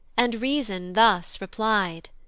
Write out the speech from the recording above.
and reason thus reply'd.